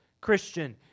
Christian